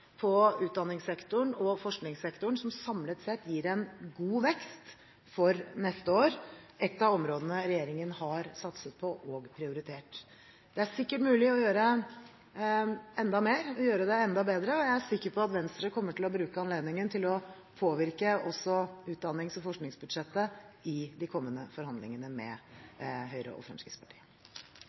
på utdanningssektoren og forskningssektoren, som samlet sett gir en god vekst for neste år. Dette er et av områdene regjeringen har satset på og prioritert. Det er sikkert mulig å gjøre enda mer og gjøre det enda bedre, og jeg er sikker på at Venstre kommer til å bruke anledningen til å påvirke også utdannings- og forskningsbudsjettet i de kommende forhandlingene med Høyre og Fremskrittspartiet.